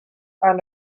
are